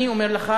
אני אומר לך,